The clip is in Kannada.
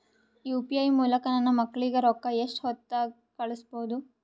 ಯು.ಪಿ.ಐ ಮೂಲಕ ನನ್ನ ಮಕ್ಕಳಿಗ ರೊಕ್ಕ ಎಷ್ಟ ಹೊತ್ತದಾಗ ಕಳಸಬಹುದು?